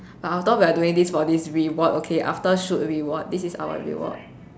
but I thought we're doing this for this reward okay after should reward this is our reward